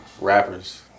rappers